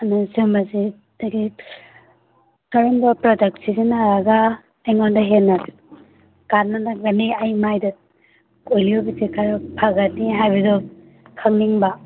ꯀꯔꯝꯕ ꯄ꯭ꯔꯗꯛ ꯁꯤꯖꯟꯅꯔꯒ ꯑꯩꯉꯣꯟꯗ ꯍꯦꯟꯅ ꯀꯥꯟꯅꯒꯅꯤ ꯑꯩ ꯃꯥꯏꯗ ꯑꯣꯏꯜꯂꯤ ꯑꯣꯏꯕꯁꯦ ꯈꯔ ꯐꯒꯅꯤ ꯍꯥꯏꯕꯗꯣ ꯈꯪꯅꯤꯡꯕ